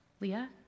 Leah